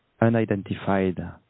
unidentified